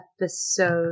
episode